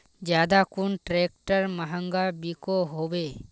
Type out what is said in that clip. ज्यादा कुन ट्रैक्टर महंगा बिको होबे?